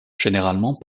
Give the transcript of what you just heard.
généralement